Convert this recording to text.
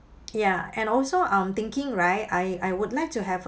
ya and also I'm thinking right I I would like to have